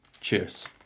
Cheers